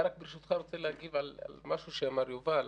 אני רק, ברשותך, רוצה להגיב על משהו שאמר יובל.